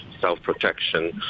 self-protection